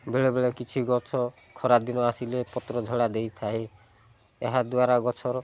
ବେଳେବେଳେ କିଛି ଗଛ ଖରାଦିନ ଆସିଲେ ପତ୍ରଝଡ଼ା ଦେଇଥାଏ ଏହାଦ୍ଵାରା ଗଛର